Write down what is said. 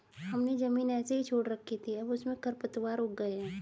हमने ज़मीन ऐसे ही छोड़ रखी थी, अब उसमें खरपतवार उग गए हैं